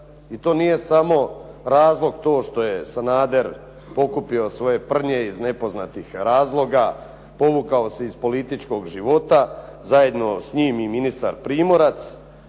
i to nije samo razlog to što je Sanader pokupio svoje prnje iz nepoznatih razloga, povukao se iz političkog života, zajedno s njim i ministar Primorac.